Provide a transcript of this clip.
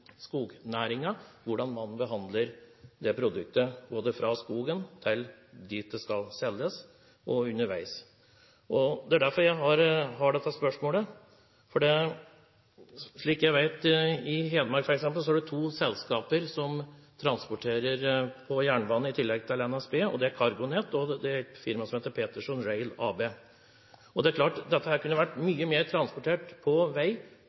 skal selges – underveis. Det er derfor jeg har stilt dette spørsmålet. I f.eks. Hedmark er det to selskaper som transporterer på jernbane i tillegg til NSB, og det er CargoNet og et firma som heter Peterson Rail AB. Det er klart at mye mer kunne vært transportert på jernbane i stedet for på vei